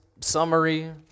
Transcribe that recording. summary